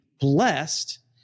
blessed